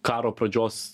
karo pradžios